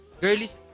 girlies